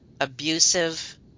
abusive